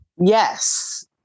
Yes